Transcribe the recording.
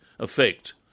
Effect